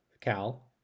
Cal